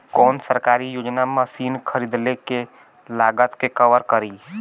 कौन सरकारी योजना मशीन खरीदले के लागत के कवर करीं?